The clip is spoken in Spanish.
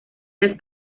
las